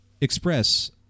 express